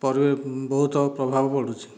ପରି ବହୁତ ପ୍ରଭାବ ପଡ଼ୁଛି